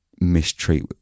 mistreat